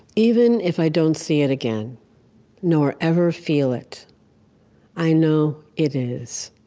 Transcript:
even if i don't see it again nor ever feel it i know it is